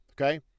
okay